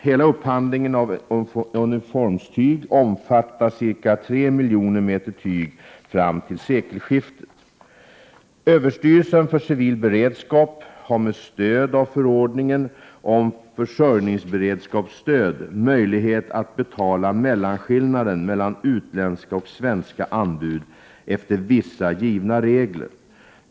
Hela upphandlingen av uniformstyg omfattar ca 3 miljoner meter tyg fram till sekelskiftet. Överstyrelsen för civil beredskap har med stöd av förordningen om försörjningsberedskapsstöd möjlighet att betala mellanskillnaden mellan utländska och svenska anbud efter vissa givna regler.